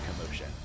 commotion